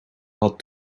had